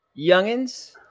youngins